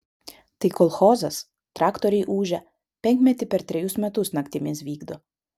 tai kolchozas traktoriai ūžia penkmetį per trejus metus naktimis vykdo